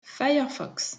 firefox